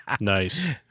Nice